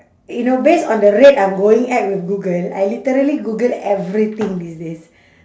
you know based on the rate I'm going at with google I literally google everything these days